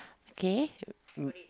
okay